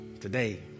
today